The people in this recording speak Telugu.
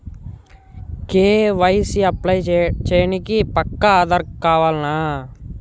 కే.వై.సీ అప్లై చేయనీకి పక్కా ఆధార్ కావాల్నా?